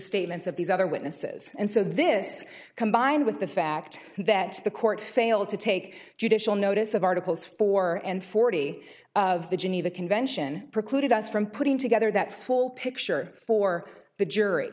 statements of these other witnesses and so this combined with the fact that the court failed to take judicial notice of articles four and forty of the geneva convention precluded us from putting together that full picture for the jury